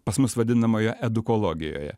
pas mus vadinamoje edukologijoje